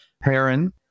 Heron